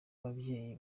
ababyeyi